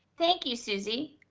thank you, susy.